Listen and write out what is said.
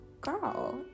girl